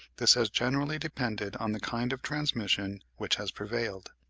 this has generally depended on the kind of transmission which has prevailed.